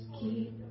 keep